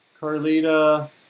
Carlita